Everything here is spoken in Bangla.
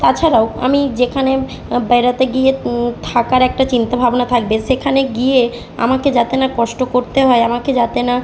তাছাড়াও আমি যেখানে বেড়াতে গিয়ে থাকার একটা চিন্তা ভাবনা থাকবে সেখানে গিয়ে আমাকে যাতে না কষ্ট করতে হয় আমাকে যাতে না